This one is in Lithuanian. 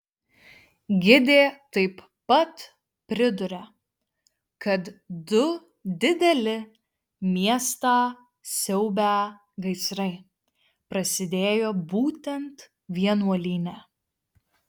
gidė taip pat priduria kad du dideli miestą siaubią gaisrai prasidėjo būtent vienuolyne